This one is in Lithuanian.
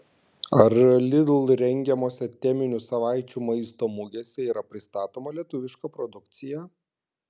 ar lidl rengiamose teminių savaičių maisto mugėse yra pristatoma lietuviška produkcija